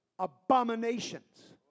abominations